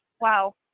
Wow